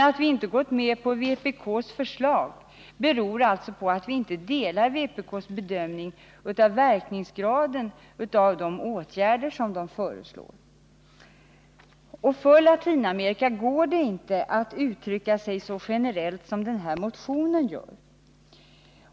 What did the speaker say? Att vi inte har gått med på vpk:s förslag beror alltså på att vi inte delar vpk:s bedömning av verkningsgraden "as de åtgärder som vpk föreslår. Om Latinamerika går det inte att uttrycka sig så generellt som denna motion gör.